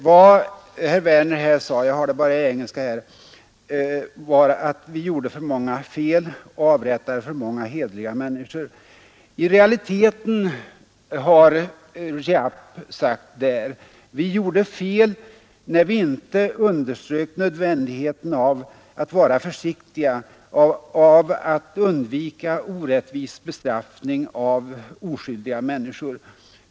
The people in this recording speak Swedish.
Herr Werner sade att Giap uttalat ungefär — jag har bara den engelska versionen här — följande: ”Vi gjorde för många fel och avrättade för många hederliga människor.” I realiteten sade Giap: ”Vi gjorde fel när vi inte underströk nödvändigheten av att vara försiktiga och av att undvika orättvis bestraffning av oskyldiga människor.